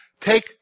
Take